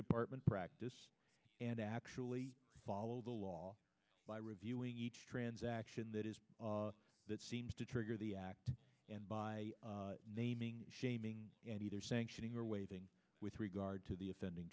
department practice and actually follow the law by reviewing each transaction that is that seems to trigger the act and by naming shaming and either sanctioning or waiting with regard to the offending